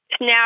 now